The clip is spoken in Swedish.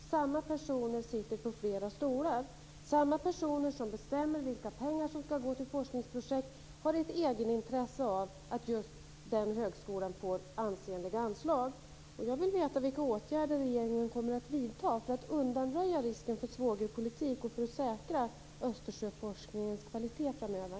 Samma personer sitter på flera stolar. Samma personer som bestämmer vilka pengar som ska gå till forskningsprojekt har ett egenintresse av att just den högskolan får ansenliga anslag. Jag vill veta vilka åtgärder regeringen kommer att vidta för att undanröja risken för svågerpolitik och för att säkra Östersjöforskningens kvalitet framöver.